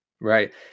Right